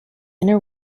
inner